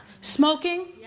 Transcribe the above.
smoking